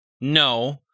No